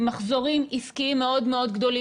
מחזורים עסקיים מאוד מאוד גדולים,